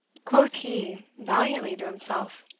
quoth he valiantly to himself,